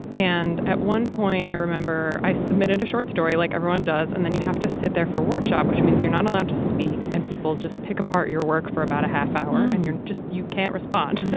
and at one point i remember i submitted a short story like everyone does, and then you have to sit there for workshop, which means you're not allowed to speak. and people just pick apart your work for about a half hour and you just you can't respond.